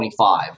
25